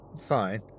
Fine